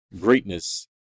greatness